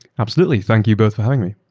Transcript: absolutely. thank you both for having me.